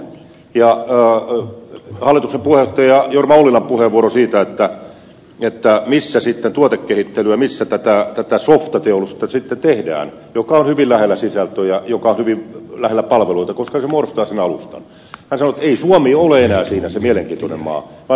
hallituksen puheenjohtaja jorma ollilan puheenvuorossaan siitä missä sitten tehdään tuotekehittelyä tätä softateollisuutta joka on hyvin lähellä sisältöjä joka on hyvin lähellä palveluita koska se muodostaa sen alustan sanoi että ei suomi ole enää siinä se mielenkiintoinen maa vaan se on muualla